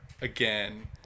again